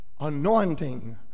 anointing